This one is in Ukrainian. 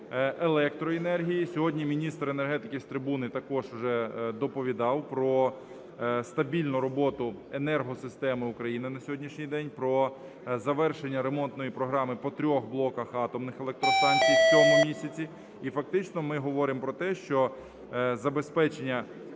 електроенергії, сьогодні міністр енергетики з трибуни також уже доповідав про стабільну роботу енергосистеми України на сьогоднішній день, про завершення ремонтної програми по трьох блоках атомних електростанцій в цьому місяці. І фактично ми говоримо про те, що забезпечення